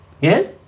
Yes